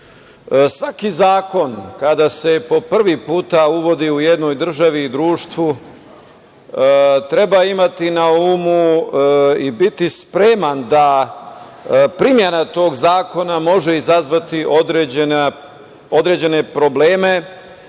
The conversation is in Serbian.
Svaki zakon kada se po prvi put uvodi u jednoj državi i društvu, treba imati na umu i biti spreman da primena tog zakona može izazvati određene probleme,